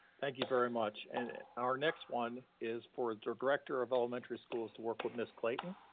thank you very much. and our next one is for director of elementary schools to work with mrs. clayton.